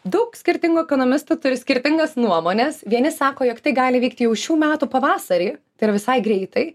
daug skirtingų ekonomistų turi skirtingas nuomones vieni sako jog tai gali vykti jau šių metų pavasarį tai yra visai greitai